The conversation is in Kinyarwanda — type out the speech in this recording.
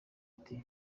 ati